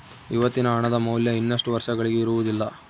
ಇವತ್ತಿನ ಹಣದ ಮೌಲ್ಯ ಇನ್ನಷ್ಟು ವರ್ಷಗಳಿಗೆ ಇರುವುದಿಲ್ಲ